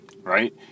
Right